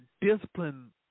discipline